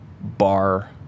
bar